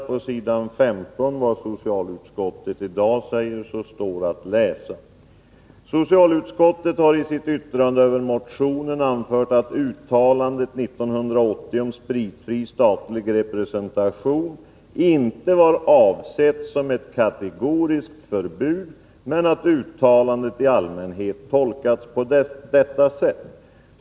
På s. 15 Torsdagen den står att läsa om vad socialutskottet i dag säger: 1980 om spritfri statlig representation inte var avsett som ett kategoriskt — Alkohol vid statlig förbud men att uttalandet i allmänhet tolkats på detta sätt.